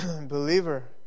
Believer